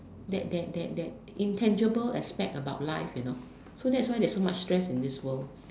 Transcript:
that that that that intangible aspect about life you know that's why there's so much stress in this world